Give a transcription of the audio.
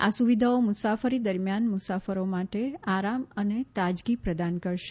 આ સુવિધાઓ મુસાફરી દરમિયાન મુસાફરો માટે આરામ અને તાજગી પ્રદાન કરશે